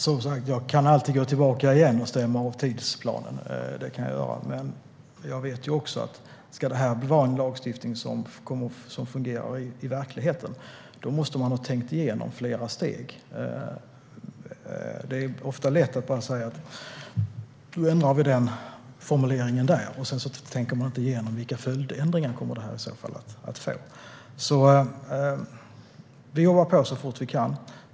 Fru talman! Jag kan gå tillbaka igen och stämma av tidsplanen - det kan jag göra. Men jag vet också: Ska det här vara en lagstiftning som fungerar i verkligheten måste man ha tänkt igenom det i flera steg. Det är ofta lätt att säga: Nu ändrar vi den formuleringen. Sedan tänker man inte igenom vilka följdändringar det medför. Vi jobbar så fort vi kan.